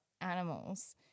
animals